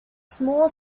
small